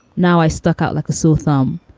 now i stuck out like a sore thumb.